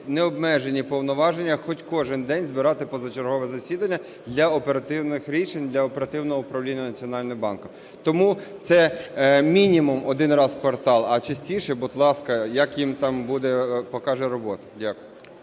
необмежені повноваження хоч кожен день збирати позачергове засідання для оперативних рішень, для оперативного управління Національним банком. Тому це мінімум один раз в квартал. А частіше - будь ласка, як їм там буде, покаже робота. Дякую.